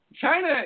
China